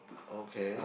okay